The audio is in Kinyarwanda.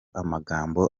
amagambo